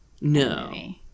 No